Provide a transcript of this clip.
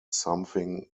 something